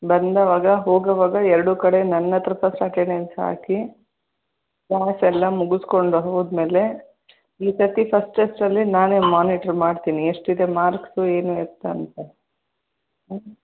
ಬಂದಾಗ ಹೋಗುವಾಗ ಎರಡೂ ಕಡೆ ನನ್ನಹತ್ರ ಫಸ್ಟ್ ಅಟೆಂಡೆನ್ಸ್ ಹಾಕಿ ಕ್ಲಾಸ್ ಎಲ್ಲ ಮುಗಿಸ್ಕೊಂಡ್ ಹೋದಮೇಲೆ ಈ ಸತಿ ಫಸ್ಟ್ ಟೆಸ್ಟಲ್ಲಿ ನಾನೇ ಮೊನಿಟರ್ ಮಾಡ್ತೀನಿ ಎಷ್ಟಿದೆ ಮಾರ್ಕ್ಸು ಏನು ಎತ್ತ ಅಂತ ಹ್ಞೂ